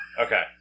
Okay